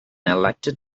elected